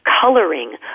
coloring